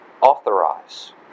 authorize